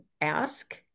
ask